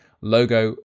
logo